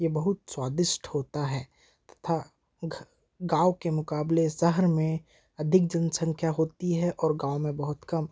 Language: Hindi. ये बहुत स्वादिष्ट होता है तथा गाँव के मुकाबले शहर में अधिक जनसंख्या होती है और गाँव में बहुत कम